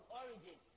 origin